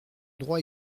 droit